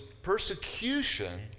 Persecution